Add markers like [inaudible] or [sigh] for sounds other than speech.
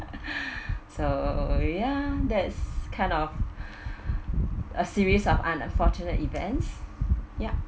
[noise] so yeah that's kind of [breath] a series of unfortunate events ya